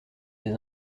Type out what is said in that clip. des